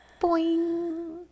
Boing